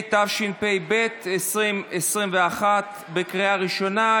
התשפ"ב 2021, לקריאה ראשונה.